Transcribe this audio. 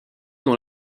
dans